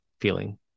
feeling